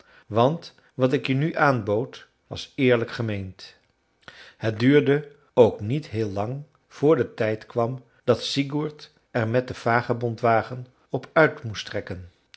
want wat ik je nu aanbood was eerlijk gemeend het duurde ook niet heel lang voor de tijd kwam dat sigurd er met den vagabondwagen op uit moest trekken